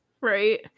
Right